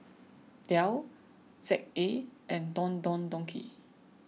Dell Z A and Don Don Donki